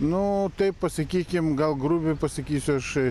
nu taip pasakykim gal grubiai pasakysiu aš